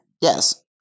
Yes